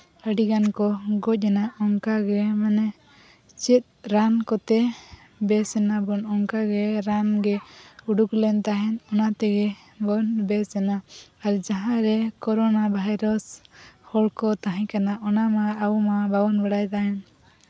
ᱟᱹᱰᱤᱜᱟᱱ ᱠᱚ ᱜᱚᱡ ᱮᱱᱟ ᱚᱱᱠᱟᱜᱮ ᱢᱟᱱᱮ ᱪᱮᱫ ᱨᱟᱱ ᱠᱚᱛᱮ ᱵᱮᱥ ᱮᱱᱟᱵᱚᱱ ᱚᱱᱠᱟ ᱜᱮ ᱨᱟᱱ ᱜᱮ ᱩᱰᱩᱠ ᱞᱮᱱ ᱛᱟᱦᱮᱸᱫ ᱚᱱᱟ ᱛᱮᱜᱮ ᱵᱚᱱ ᱵᱮᱥ ᱮᱱᱟ ᱟᱨ ᱡᱟᱦᱟᱸᱨᱮ ᱠᱚᱨᱳᱱᱟ ᱵᱷᱟᱭᱨᱟᱥ ᱦᱚᱲ ᱠᱚ ᱛᱟᱦᱮᱸ ᱠᱟᱱᱟ ᱚᱱᱟ ᱢᱟ ᱟᱵᱳ ᱢᱟ ᱵᱟᱵᱚᱱ ᱵᱟᱲᱟᱭ ᱛᱟᱦᱮᱫ